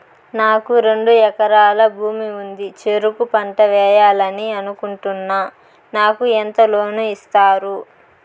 నాకు రెండు ఎకరాల భూమి ఉంది, చెరుకు పంట వేయాలని అనుకుంటున్నా, నాకు ఎంత లోను ఇస్తారు?